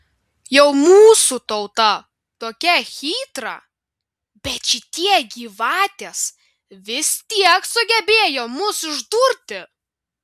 jau mūsų tauta tokia chytra bet šitie gyvatės vis tiek sugebėjo mus išdurti